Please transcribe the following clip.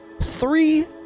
three